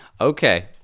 Okay